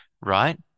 right